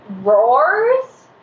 roars